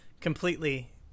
completely